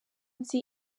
nzi